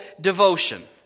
devotion